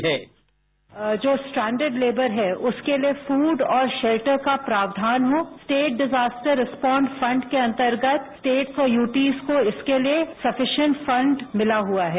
sound bite जो standard labour है उसके लिए फूड और शेटर का प्रावधान हो स्टेट डिजास्टर रिस्पॉन्स फंड के अंतर्गत स्टेट को यूटीज को इसके लिए सफिसियट फंड मिला हुआ है